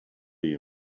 you